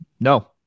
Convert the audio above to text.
No